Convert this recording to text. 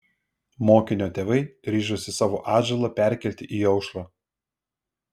mokinio tėvai ryžosi savo atžalą perkelti į aušrą